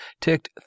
ticked